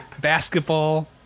basketball